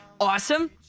Awesome